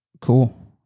cool